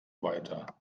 weiter